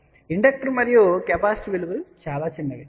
కానీ ఇక్కడ ఇండక్టర్ మరియు కెపాసిటర్ విలువలు చాలా చిన్నవి